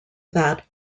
that